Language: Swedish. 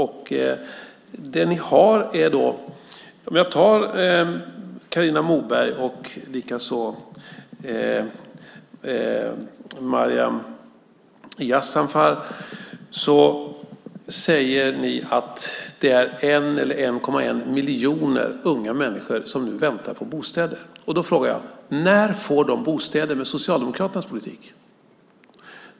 Carina Moberg och Maryam Yazdanfar säger att det är 1 eller 1,1 miljon unga människor som nu väntar på bostäder. Då frågar jag: När får de bostäder med Socialdemokraternas politik?